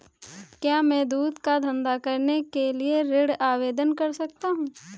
क्या मैं दूध का धंधा करने के लिए ऋण आवेदन कर सकता हूँ?